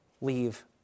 leave